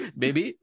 baby